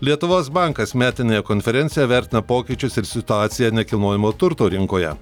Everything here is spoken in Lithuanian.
lietuvos bankas metinėje konferencijoje vertina pokyčius ir situaciją nekilnojamo turto rinkoje